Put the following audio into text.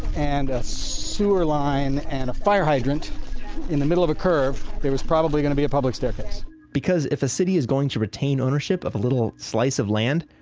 and a sewer line, and a fire hydrant in the middle of a curve, there was probably going to be a public staircase because if a city is going to retain ownership of a little slice of land,